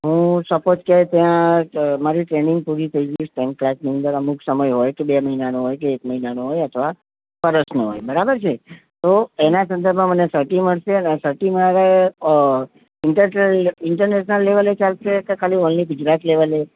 હું સપોસ કે ત્યાં મારી ટ્રેનીંગ પૂરી થઈ ગઈ કોઈ દિવસ અમુક સમય હોય બે મહિનાનો હોય કે એક મહિનાનો હોય કે વર્ષનો હોય બરાબર મેમ તો એના સંદર્ભમાં મને સર્ટિ મળશે અને આ સર્ટિનું હવે ઇન્ટર ઇન્ટરનેશનલ લેવલે ચાલશે કે ખાલી ઓન્લી ગુજરાત લેવલે